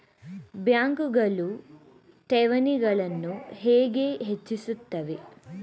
ಬ್ಯಾಂಕುಗಳು ಠೇವಣಿಗಳನ್ನು ಹೇಗೆ ಹೆಚ್ಚಿಸುತ್ತವೆ?